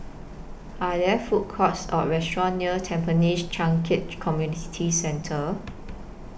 Are There Food Courts Or restaurants near Tampines Changkat Community Centre